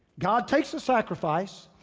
god takes the sacrifice.